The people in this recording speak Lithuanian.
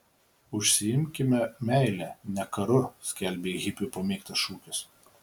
užsiimkime meile ne karu skelbė hipių pamėgtas šūkis